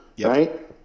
Right